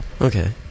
Okay